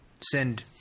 send